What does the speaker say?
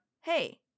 hey